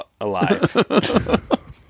alive